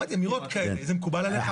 אמרתי, אמירות כאלה, זה מקובל עליך?